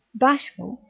bashful,